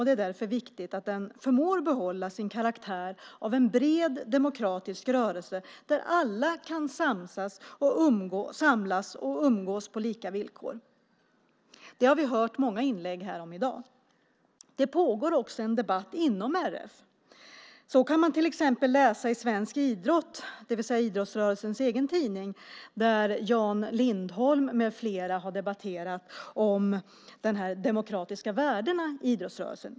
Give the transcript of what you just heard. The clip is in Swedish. Det är därför viktigt att den förmår behålla sin karaktär av en bred och demokratisk rörelse där alla kan samlas och umgås på lika villkor. Det har vi hört många inlägg om här i dag. Det pågår också en debatt inom RF. Man kan till exempel läsa i Svensk Idrott, det vill säga idrottsrörelsens egen tidning, där Jan Lindholm med flera har debatterat, om de demokratiska värdena i idrottsrörelsen.